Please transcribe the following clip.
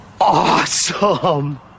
awesome